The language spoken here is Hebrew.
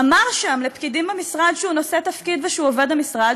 אמר שם לפקידים במשרד שהוא נושא תפקיד ושהוא עובד המשרד,